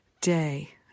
day